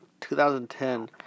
2010